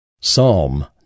Psalm